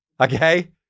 okay